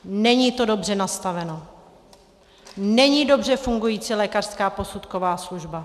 Není to dobře nastaveno, není dobře fungující lékařská posudková služba.